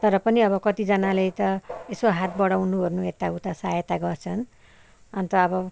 तर पनि अब कतिजनाले त यसो हात बढाउनुओर्नु यताउता सहायता गर्छन् अन्त अब